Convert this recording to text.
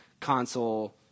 console